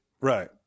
Right